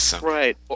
Right